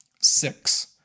six